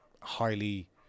highly